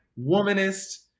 womanist